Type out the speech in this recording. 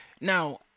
Now